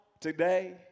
today